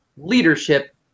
Leadership